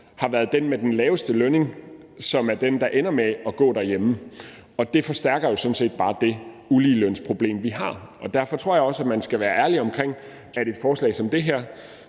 har været den med den laveste lønning, som er den, der ender med at gå derhjemme, og det forstærker sådan set bare det uligelønsproblem, vi har. Og derfor tror jeg også, at man skal være ærlig omkring det og sige, at et forslag som det her